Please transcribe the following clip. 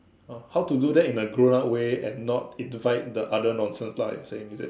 how to do it in a grown up way and not invite the other nonsense like what you're saying is it